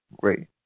great